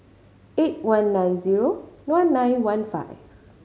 eight one nine zero one nine one five